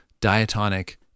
diatonic